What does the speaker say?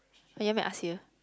you want me to ask you